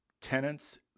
tenants